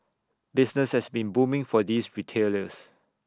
business has been booming for these retailers